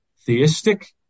theistic